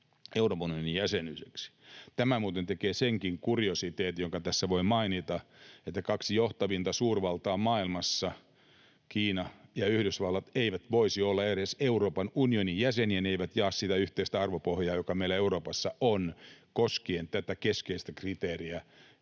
Euroopan unionin jäseneksi. Tämä muuten tekee senkin kuriositeetin, jonka tässä voi mainita, että kaksi johtavinta suurvaltaa maailmassa, Kiina ja Yhdysvallat, eivät voisi olla edes Euroopan unionin jäseniä, ne eivät jaa sitä yhteistä arvopohjaa, joka meillä Euroopassa on koskien tätä keskeistä kriteeriä